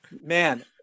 Man